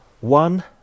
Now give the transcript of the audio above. One